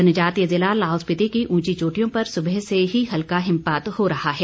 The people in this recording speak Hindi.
जनजातीय जिला लाहौल स्पिति की उंची चोटियों पर सुबह से ही हल्का हिमपात हो रहा है